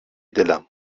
دلم